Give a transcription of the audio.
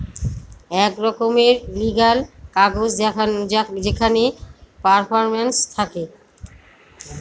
এক রকমের লিগ্যাল কাগজ যেখানে পারফরম্যান্স থাকে